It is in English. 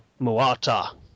Moata